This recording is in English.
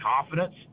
confidence